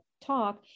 talk